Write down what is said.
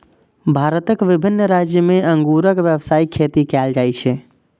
भारतक विभिन्न राज्य मे अंगूरक व्यावसायिक खेती कैल जाइ छै